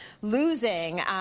losing